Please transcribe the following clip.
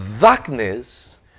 darkness